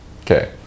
Okay